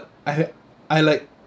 I ha~ I like